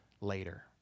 later